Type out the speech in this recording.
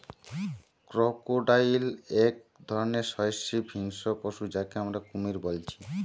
crocodile এক ধরণের সরীসৃপ হিংস্র পশু যাকে আমরা কুমির বলছি